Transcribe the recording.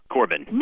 Corbin